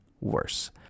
worse